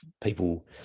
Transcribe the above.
people